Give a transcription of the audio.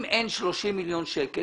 אם אין 30 מיליון שקלים,